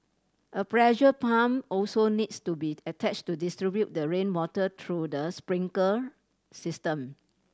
a pressure pump also needs to be attached to distribute the rainwater through the sprinkler system